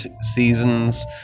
seasons